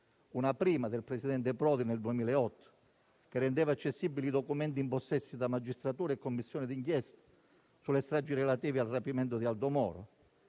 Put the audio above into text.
una prima del presidente Prodi nel 2008, che rendeva accessibili i documenti in possesso di magistratura e Commissione di inchiesta sulle stragi relative al rapimento di Aldo Moro;